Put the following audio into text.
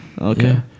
Okay